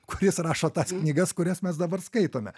kuris rašo tas knygas kurias mes dabar skaitome